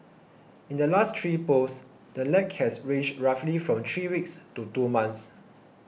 in the last three polls the lag has ranged roughly from three weeks to two months